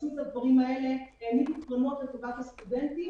היא גם ממעמד הביניים,